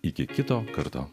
iki kito karto